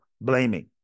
blaming